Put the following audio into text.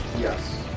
Yes